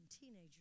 teenagers